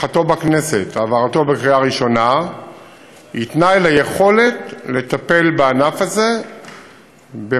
הנחתו בכנסת והעברתו בקריאה ראשונה הן תנאי ליכולת לטפל בענף הזה במקביל